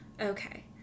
okay